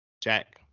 Jack